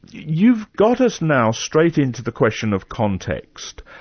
you've got us now straight into the question of context.